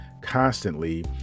constantly